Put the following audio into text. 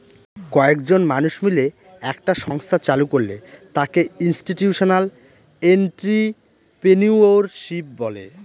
কয়েকজন মানুষ মিলে একটা সংস্থা চালু করলে তাকে ইনস্টিটিউশনাল এন্ট্রিপ্রেনিউরশিপ বলে